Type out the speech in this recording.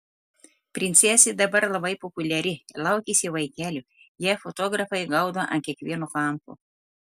princesė dabar labai populiari laukiasi vaikelio ją fotografai gaudo ant kiekvieno kampo